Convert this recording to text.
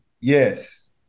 Yes